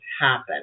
happen